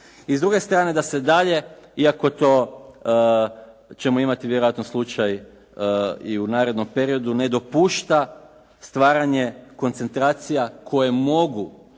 I s druge strane da se dalje iako to ćemo imati vjerojatno slučaj i u narednom periodu ne dopušta stvaranje koncentracija koje mogu,